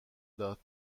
داد